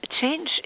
Change